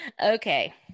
Okay